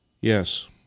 Yes